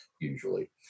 usually